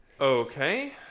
Okay